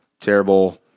terrible